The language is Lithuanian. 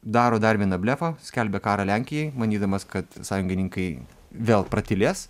daro dar vieną blefą skelbia karą lenkijai manydamas kad sąjungininkai vėl pratylės